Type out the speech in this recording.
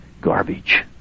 garbage